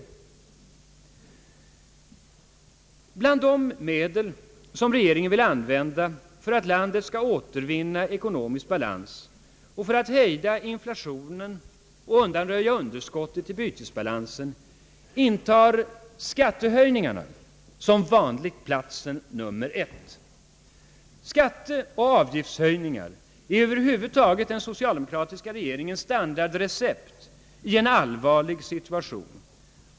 Bland de medel som regeringen vill använda för att landet skall återvinna ekonomisk balans och för att hejda inflationen och undanröja underskottet i bytesbalansen intar skattehöjningarna som vanligt platsen nr 1. Skatteoch avgiftshöjningar är över huvud taget den = socialdemokratiska regeringens standardrecept i en allvarlig situation.